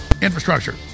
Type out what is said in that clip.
infrastructure